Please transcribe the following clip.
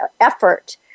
effort